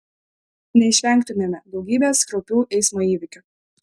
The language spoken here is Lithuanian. neišvengtumėme daugybės kraupių eismo įvykių